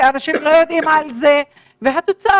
אנשים לא יודעים על כך וזו התוצאה